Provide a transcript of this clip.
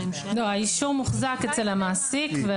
האישור מוחזק אצל המעסיק.